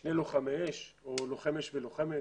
שני לוחמי אש או לוחם אש ולוחמת